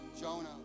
Jonah